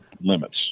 limits